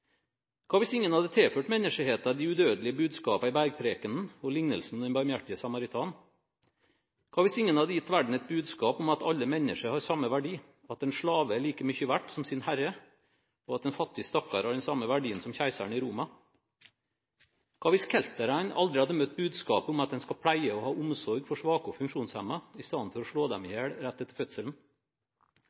Hva om Jesus fra Nasaret aldri hadde blitt født? Hva om ingen hadde tilført menneskeheten de udødelige budskapene i Bergprekenen og lignelsen om den barmhjertige samaritan? Hva om ingen hadde gitt verden et budskap om at alle mennesker har samme verdi, at en slave er like mye verdt som sin herre, og at en fattig stakkar har samme verdi som keiseren i Roma? Hva om kelterne aldri hadde møtt budskapet om at